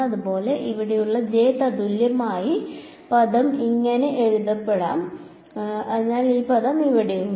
അതുപോലെ ഇവിടെയുള്ള j തത്തുല്യമായ പദം ഇങ്ങനെ എഴുതപ്പെടും അതിനാൽ ഈ പദം ഇവിടെയുണ്ട്